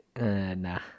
Nah